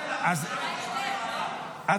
אני צריכה לדבר, לא?